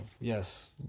yes